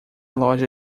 loja